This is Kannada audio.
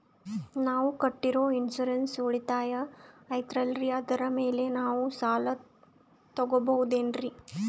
ನಾವು ಕಟ್ಟಿರೋ ಇನ್ಸೂರೆನ್ಸ್ ಉಳಿತಾಯ ಐತಾಲ್ರಿ ಅದರ ಮೇಲೆ ನಾವು ಸಾಲ ತಗೋಬಹುದೇನ್ರಿ?